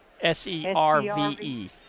S-E-R-V-E